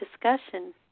discussion